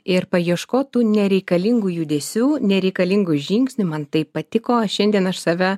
ir paieškotų nereikalingų judesių nereikalingų žingsnių man taip patiko šiandien aš save